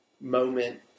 moment